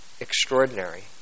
extraordinary